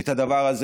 ואת הדבר הזה,